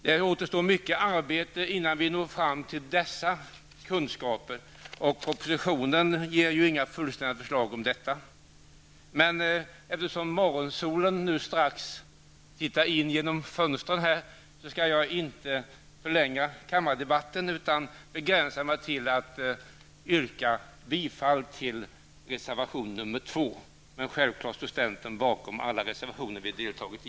Det återstår mycket arbete innan vi når fram till dessa kunskaper, och oppositionen ger ju inga fullständiga förslag om detta. Eftersom morgonsolen nu strax tittar in genom fönstren skall jag inte förlänga kammardebatten. Jag begränsar mig därför till att yrka bifall till reservation 2, men centern står självklart bakom alla reservationer som vi deltagit i.